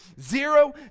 Zero